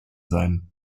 sein